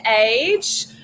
age